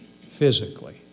physically